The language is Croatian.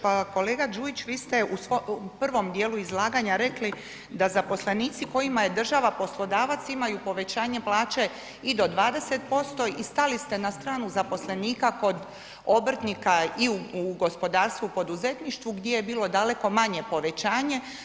Pa kolega Đujić vi ste u prvom dijelu izlaganja rekli da zaposlenici kojima je država poslodavac imaju povećanje plaće i do 20% i stali ste na stranu zaposlenika kod obrtnika i u gospodarstvu, poduzetništvu gdje je bilo daleko manje povećanje.